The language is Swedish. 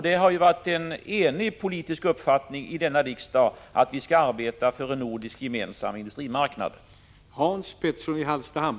Det har varit en enig politisk uppfattning i denna riksdag att vi skall arbeta för en gemensam nordisk industrimarknad.